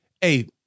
hey